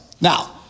Now